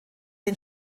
den